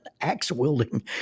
axe-wielding